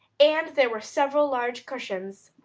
and there were several large cushions.